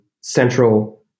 central